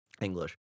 English